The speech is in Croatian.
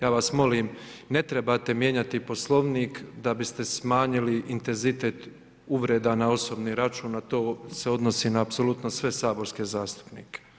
Ja vas molim, ne trebate mijenjati Poslovnik da biste smanjili intenzitet uvreda na osobni račun, a to se odnosi na apsolutno sve saborske zastupnike.